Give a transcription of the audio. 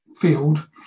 field